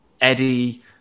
Eddie